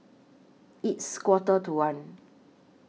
its Quarter to one